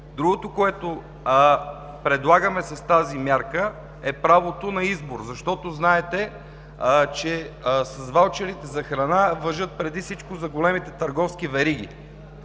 Другото, което предлагаме с тази мярка, е правото на избор. Знаете, че ваучерите за храна важат преди всичко за големите търговски вериги,